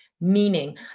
meaning